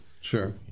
Sure